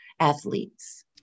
athletes